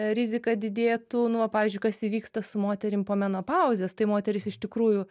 rizika didėtų nuo pavyzdžiui kas įvyksta su moterim po menopauzės tai moterys iš tikrųjų